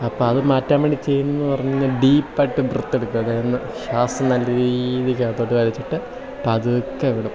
അപ്പം അത് മാറ്റാൻ വേണ്ടി ചെയ്യുന്നതെന്ന് പറഞ്ഞ് കഴിഞ്ഞാൽ ഡീപ്പായിട്ട് ബ്രത്ത് എടുക്കുക അതായത് ഒന്ന് ശ്വാസം നല്ല രീതിയിൽ അകത്തോട്ട് വലിച്ചിട്ട് പതുക്കെ വിടും